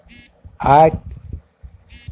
आइ काल्हि माल जाल पोसब एकटा उद्योग भ गेल छै